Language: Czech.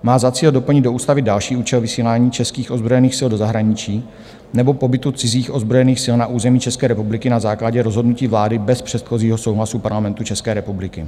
Má za cíl doplnit do Ústavy další účel vysílání českých ozbrojených sil do zahraničí nebo pobytu cizích ozbrojených sil na území České republiky na základě rozhodnutí vlády bez předchozího souhlasu Parlamentu České republiky.